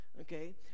Okay